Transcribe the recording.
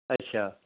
अच्छा